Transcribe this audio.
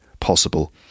Possible